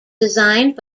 designed